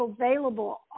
available